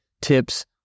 tips